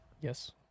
Yes